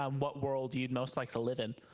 um what world you would most like to live in?